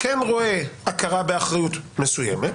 כן רואה הכרה באחריות מסוימת.